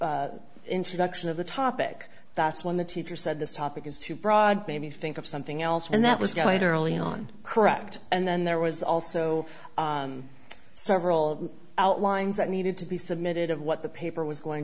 introduction of the topic that's when the teacher said this topic is too broad maybe think of something else and that was going to early on correct and then there was also several outlines that needed to be submitted of what the paper was going